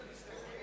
הצבעה שמית.